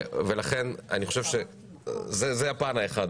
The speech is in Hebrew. זה הפן האחד.